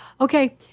Okay